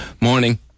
Morning